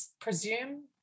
presume